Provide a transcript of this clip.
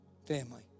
Family